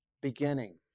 beginning